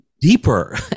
deeper